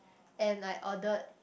and I ordered